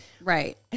right